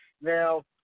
Now